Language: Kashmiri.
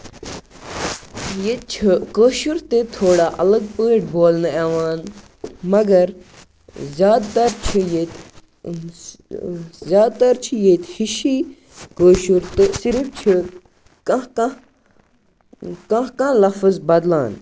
ییٚتہِ چھِ کٲشُر تہِ ٹھوڑا اَلگ پٲٹھۍ بولنہٕ یِوان مگر زیادٕ تَر چھُ ییٚتہِ زیادٕ تَر چھُ ییٚتہِ ہِشی کٲشِر تہٕ صِرف چھِ کانٛہہ کانٛہہ کانٛہہ کانٛہہ لَفظ بَدلان